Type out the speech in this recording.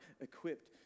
equipped